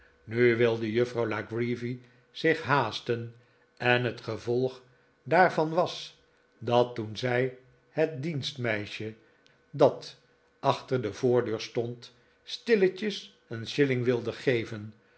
nu wilde juffrouw la creevy zich haasten en het gevolg daarvan was dat toen zij het dienstmeisje dat achter de voordeur stond stilletjes een shilling wilde geven